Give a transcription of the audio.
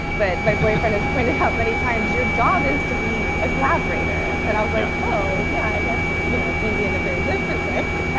but my boyfriend has pointed out many times. your job is to be a collaborator. and i was like, oh, yeah, i guess you know maybe in a very different way.